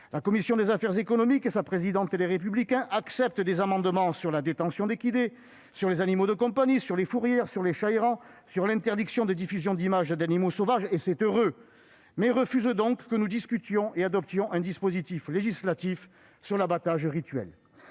La commission des affaires économiques et sa présidente Les Républicains ont accepté des amendements sur la détention d'équidés, sur les animaux de compagnie, sur les fourrières, sur les chats errants, sur l'interdiction de diffusion d'images d'animaux sauvages, et c'est heureux ! Mais elles refusent que nous discutions et adoptions un dispositif législatif sur l'abattage rituel.